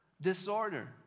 Disorder